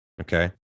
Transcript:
Okay